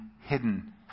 hidden